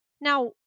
now